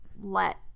let